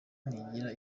ntigira